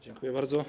Dziękuję bardzo.